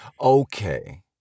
Okay